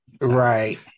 Right